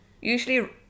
usually